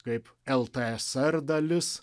kaip ltsr dalis